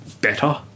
better